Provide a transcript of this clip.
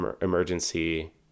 emergency